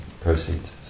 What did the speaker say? proceeds